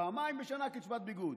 פעמיים בשנה קצבת ביגוד.